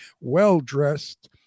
well-dressed